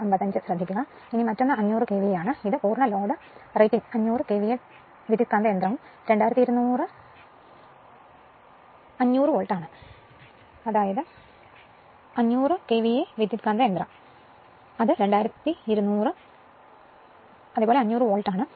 അതിനാൽ മറ്റൊന്ന് 500 KVA ആണ് ഇത് ഒരു പൂർണ്ണ load rating 500 KVA transform 2200 500 volt ആണ്